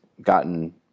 gotten